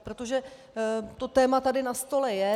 Protože to téma tady na stole je.